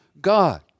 God